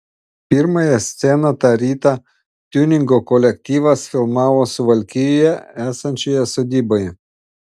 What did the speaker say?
pirmąją sceną tą rytą tiuningo kolektyvas filmavo suvalkijoje esančioje sodyboje